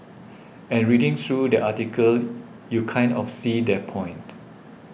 and reading through their article you kind of see their point